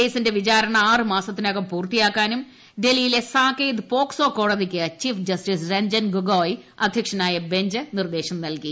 കേസിന്റെ വിചാരണ ആറ് മാസത്തിനകം പൂർത്തിയാക്കാനും ഡൽഹിയിലെ സാകേത് പോക്സോ കോടതിക്ക് ചീഫ് ജസ്റ്റീസ് രഞ്ജൻ ഗൊഗോയ് അധ്യക്ഷനായ ബഞ്ച് നിർദ്ദേശം നൽകി